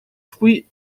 fruits